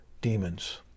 demons